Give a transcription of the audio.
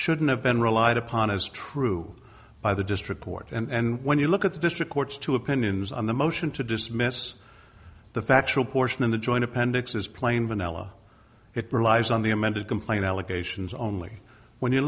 shouldn't have been relied upon as true by the district court and when you look at the district court's two opinions on the motion to dismiss the factual portion of the joint appendix is plain vanilla it relies on the amended complaint allegations only when you